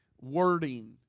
wording